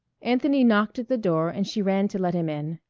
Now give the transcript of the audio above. anthony knocked at the door and she ran to let him in.